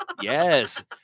Yes